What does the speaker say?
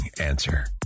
Answer